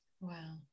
Wow